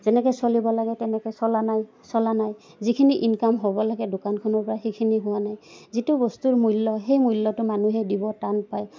যেনেকে চলিব লাগে তেনেকে চলা নাই চলা নাই যিখিনি ইনকাম হ'ব লাগে দোকানখনৰ পৰা সেইখিনি হোৱা নাই যিটো বস্তুৰ মূল্য সেই মূল্যটো মানুহে দিব টান পায়